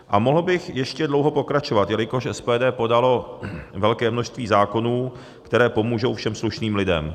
A mohl bych ještě dlouho pokračovat, jelikož SPD podalo velké množství zákonů, které pomůžou všem slušným lidem.